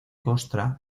costra